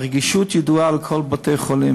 הרגישות ידועה לכל בתי-החולים,